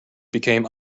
became